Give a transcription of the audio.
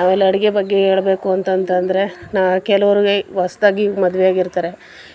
ಆಮೇಲೆ ಅಡುಗೆ ಬಗ್ಗೆ ಹೇಳ್ಬೇಕು ಅಂತ ಅಂತಂದ್ರೆ ನಾನು ಕೆಲವ್ರಿಗೆ ಹೊಸ್ದಾಗಿ ಮದುವೆ ಆಗಿರ್ತಾರೆ